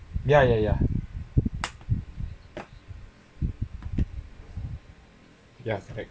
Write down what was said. ya ya ya ya correct